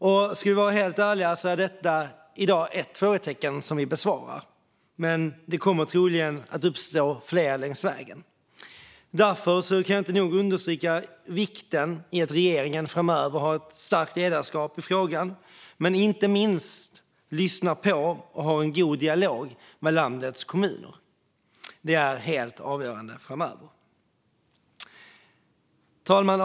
Och ska vi vara helt ärliga är detta i dag ett frågetecken som vi besvarar, men det kommer troligen att uppstå fler längs vägen. Därför kan jag inte nog understryka vikten av att regeringen framöver visar ett starkt ledarskap i frågan och inte minst lyssnar och har en god dialog med landets kommuner. Det är helt avgörande. Fru talman!